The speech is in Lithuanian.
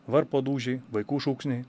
varpo dūžiai vaikų šūksniai